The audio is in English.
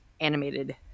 animated